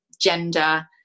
gender